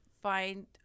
find